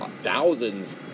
thousands